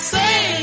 say